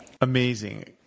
Amazing